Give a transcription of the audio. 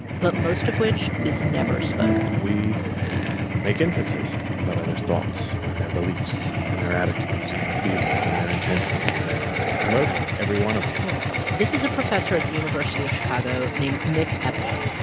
but most of which is never spoken we make inferences about others' thoughts and their beliefs and their attitudes and their feelings and their intentions and their emotions every one of us this is a professor at the university of chicago named nick epley.